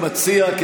אני גם מציע,